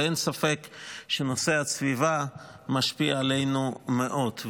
אין ספק שנושא הסביבה משפיע עלינו מאוד.